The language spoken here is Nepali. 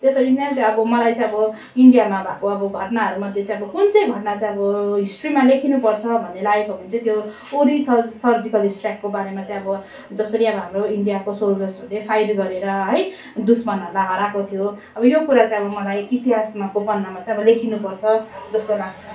त्यसरी नै चाहिँ अब मलाई चाहिँ अब इन्डियामा भएको अब घटनाहरू मध्ये चाहिँ अब कुन चाहिँ घटना चाहिँ अब हिस्ट्रिमा लेखिनु पर्छ भन्ने लागेको हो भने चाहिँ त्यो उरी सर सर्जिकल स्ट्राइकको बारेमा चाहिँ अब जसरी अब हाम्रो इन्डियाको सोल्जर्सहरूले फाइट गरेर है दुस्मनहरूलाई हराएको थियो अब यो कुरा चाहिँ अब मलाई इतिहासको पन्नामा चाहिँ अब लेखिनु पर्छ जस्तो लाग्छ